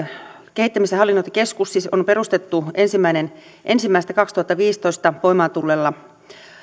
kehittämis ja hallinnointikeskus siis on perustettu ensimmäinen ensimmäistä kaksituhattaviisitoista voimaan tulleella